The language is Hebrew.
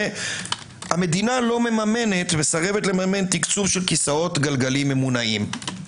שהמדינה מסרבת לממן תקצוב של כיסאות גלגלים ממונעים.